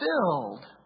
filled